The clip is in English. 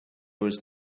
was